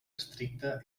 estricta